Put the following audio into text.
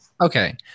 Okay